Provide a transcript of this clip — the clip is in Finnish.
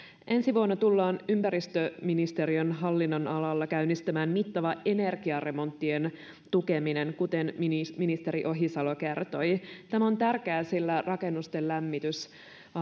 ensi vuonna tullaan ympäristöministeriön hallinnonalalla käynnistämään mittava energiaremonttien tukeminen kuten ministeri ministeri ohisalo kertoi tämä on tärkeää sillä rakennusten lämmitys